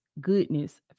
goodness